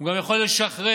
הוא גם יכול לשחרר